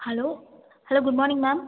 hello hello good morning ma'am